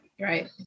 right